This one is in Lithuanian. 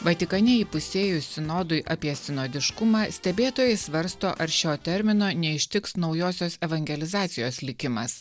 vatikane įpusėjus sinodui apie sinodiškumą stebėtojai svarsto ar šio termino neištiks naujosios evangelizacijos likimas